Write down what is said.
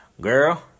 girl